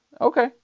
Okay